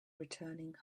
returning